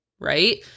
right